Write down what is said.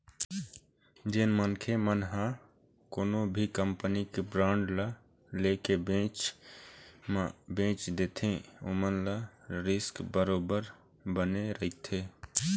जेन मनखे मन ह कोनो भी कंपनी के बांड ल ले के बीच म बेंच देथे ओमन ल रिस्क बरोबर बने रहिथे